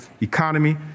economy